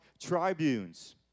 tribunes